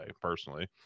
personally